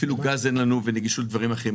אפילו גז אין לנו ונגישות לדברים אחרים.